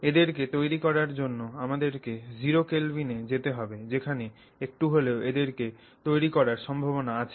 এদের কে তৈরি করার জন্য আমাদের কে 0 Kelvin এ যেতে হবে যেখানে একটু হলেও এদের কে তৈরি করার সম্ভবনা আছে